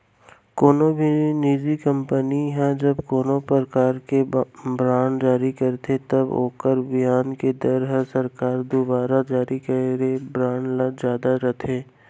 कोनो भी निजी कंपनी ह जब कोनों परकार के बांड जारी करथे त ओकर बियाज के दर ह सरकार दुवारा जारी करे बांड ले जादा रथे